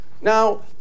Now